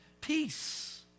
peace